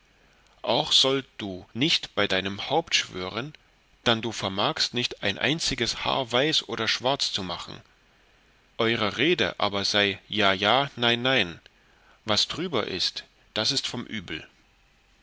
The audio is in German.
auch sollt du nicht bei deinem haupt schwören dann du vermagst nicht ein einziges haar weiß oder schwarz zu machen eure rede aber sei ja ja nein nein was drüber ist das ist vom übel